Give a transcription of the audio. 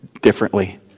differently